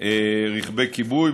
רכבי כיבוי.